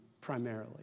primarily